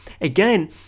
Again